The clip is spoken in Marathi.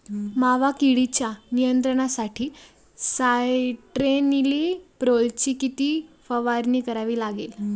मावा किडीच्या नियंत्रणासाठी स्यान्ट्रेनिलीप्रोलची किती फवारणी करावी लागेल?